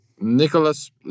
Nicholas